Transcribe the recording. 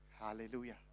hallelujah